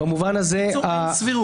קץ הדמוקרטיה...